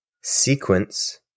sequence